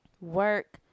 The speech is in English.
work